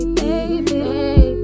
baby